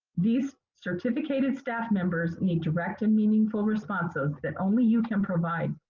these certificated staff members need direct and meaningful responses that only you can provide.